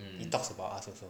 it talks about us also